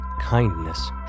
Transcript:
Kindness